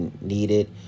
needed